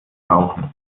brauchen